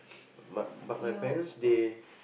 but but my parents they